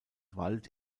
wald